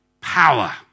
power